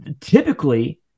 typically